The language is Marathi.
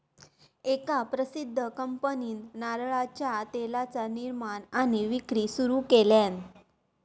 एका प्रसिध्द कंपनीन नारळाच्या तेलाचा निर्माण आणि विक्री सुरू केल्यान